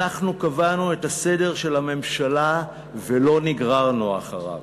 אנחנו קבענו את הסדר של הממשלה ולא נגררנו אחריו,